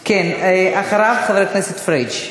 אחריו, חבר הכנסת פריג'.